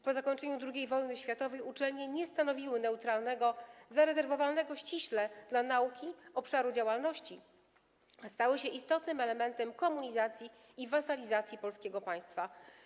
Po zakończeniu II wojny światowej uczelnie nie stanowiły neutralnego, zarezerwowanego ściśle dla nauki obszaru działalności, a stały się istotnym elementem komunizacji i wasalizacji polskiego państwa.